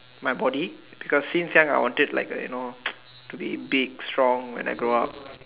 my body because since young I wanted like you know to be big strong when I grow up